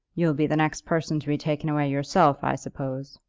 you'll be the next person to be taken away yourself, i suppose?